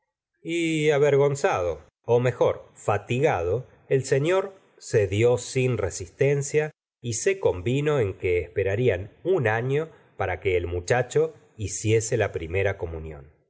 y avergonzado mejor fatigado el señor cedió sin resistencia y se convino en que esperarían un año para que el muchacho hiciese la primera comunión